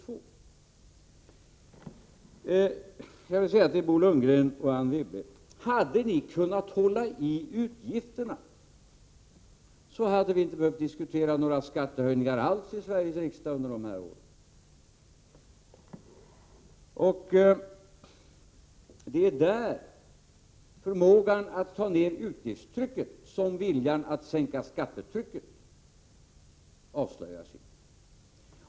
26 april 1988 Jag vill säga till Bo Lundgreh och Anne Wibble: Hade ni kunnat hålla i utgifterna så hade vi inte behövt diskutera några skattehöjningar alls i Sveriges riksdag under de här åren. Det är där, i förmågan att ta ned utgiftstrycket, som viljan att sänka skattetrycket avslöjar sig.